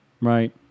Right